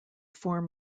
form